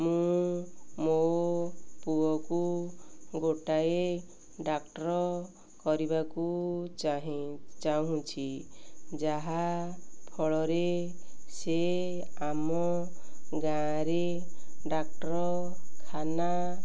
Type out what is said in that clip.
ମୁଁ ମୋ ପୁଅକୁ ଗୋଟାଏ ଡକ୍ଟର୍ କରିବାକୁ ଚାହେଁ ଚାହୁଁଛି ଯାହା ଫଳରେ ସେ ଆମ ଗାଁରେ ଡାକ୍ତରଖାନା